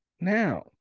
now